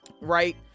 right